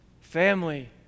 Family